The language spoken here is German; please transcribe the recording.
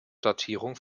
datierung